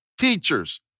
teachers